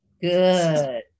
Good